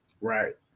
right